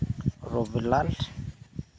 ᱨᱚᱵᱤᱞᱟᱞ